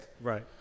Right